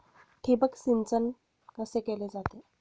ठिबक सिंचन कसे केले जाते?